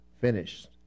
finished